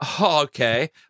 okay